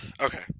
Okay